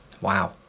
Wow